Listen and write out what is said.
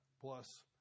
plus